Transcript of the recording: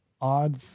odd